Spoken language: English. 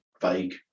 Vague